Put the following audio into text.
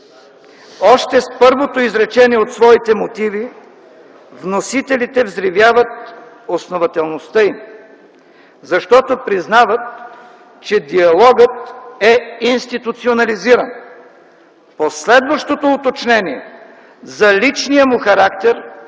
Още с първото изречение от своите мотиви вносителите взривяват основателността им, защото признават, че диалогът е институционализиран. Последващото уточнение за личния му характер